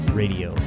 radio